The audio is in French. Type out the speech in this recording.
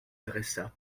dressa